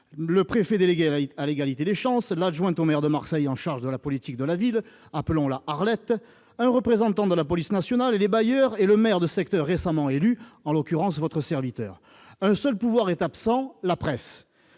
le préfet délégué à l'égalité des chances, l'adjointe au maire de Marseille, en charge de la politique de la ville, appelons-là Arlette, un représentant de la police nationale et les bailleurs et le maire de secteur, récemment élu, en l'occurrence, votre serviteur seul pouvoir est absent, la presse,